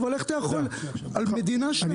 אבל איך אתה יכול על מדינה שלמה עם 120 ניידות?